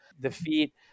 defeat